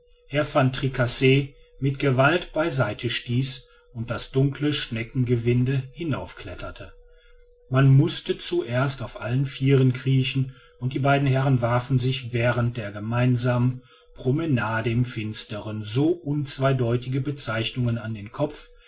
herrn van tricasse mit gewalt bei seite stieß und das dunkle schneckengewinde hinaufkletterte man mußte zuerst auf allen vieren kriechen und die beiden herren warfen sich wahrend dieser gemeinsamen promenade im finstern so unzweideutige bezeichnungen an den kopf